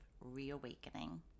reawakening